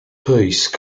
piece